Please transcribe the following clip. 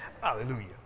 Hallelujah